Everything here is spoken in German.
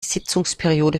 sitzungsperiode